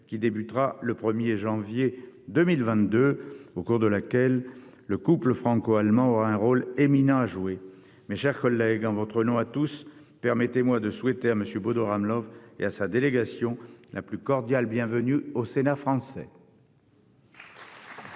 qui débutera le 1 janvier 2022, au cours de laquelle le couple franco-allemand aura un rôle éminent à jouer. Mes chers collègues, en votre nom à tous, permettez-moi de souhaiter à M. Bodo Ramelow et à sa délégation la plus cordiale bienvenue au Sénat français.